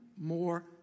more